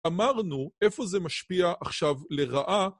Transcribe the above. אמרנו איפה זה משפיע עכשיו לרעה.